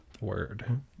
Word